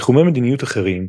בתחומי מדיניות אחרים,